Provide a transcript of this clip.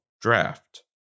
draft